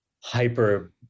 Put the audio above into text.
hyper